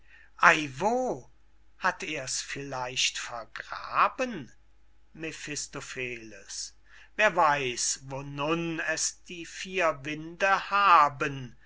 hat er's vielleicht vergraben mephistopheles wer weiß wo nun es die vier winde haben